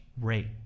rate